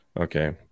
Okay